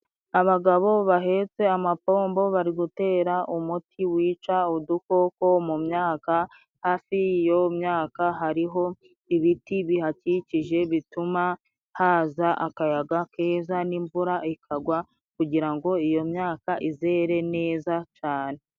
Abagabo bahetse amapombo bari gutera umuti wica udukoko mu myaka， hafi y'iyo myaka hariho ibiti bihakikije bituma haza akayaga keza n'imvura ikagwa，kugira ngo iyo myaka izere neza cane.